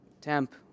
temp